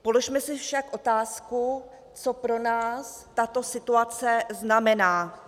Položme si však otázku, co pro nás tato situace znamená.